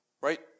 Right